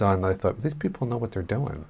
and i thought these people know what they're doing